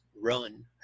run